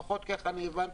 לפחות כך הבנתי,